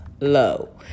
Low